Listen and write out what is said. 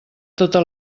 tota